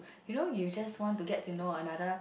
you know you just want to get to know another